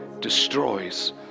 destroys